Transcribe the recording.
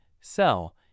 sell